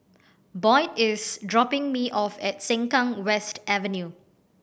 Boyd is dropping me off at Sengkang West Avenue